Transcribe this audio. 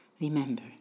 Remember